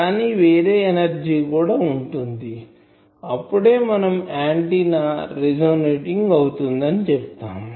కానీ వేరే ఎనర్జీ కూడా ఉంటుంది అప్పుడే మనం ఆంటిన్నా రెసోనేట్ అవుతుంది అని చెప్తాము